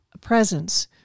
presence